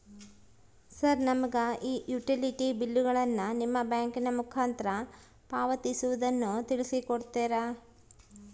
Sir ನಮಗೆ ಈ utility ಬಿಲ್ಲುಗಳನ್ನು ನಿಮ್ಮ ಬ್ಯಾಂಕಿನ ಮುಖಾಂತರ ಪಾವತಿಸುವುದನ್ನು ತಿಳಿಸಿ ಕೊಡ್ತೇರಾ?